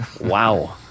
Wow